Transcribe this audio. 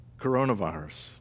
coronavirus